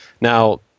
Now